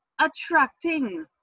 attracting